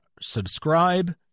subscribe